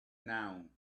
now